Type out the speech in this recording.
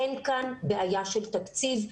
אין כאן בעיה של תקציב.